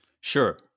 Sure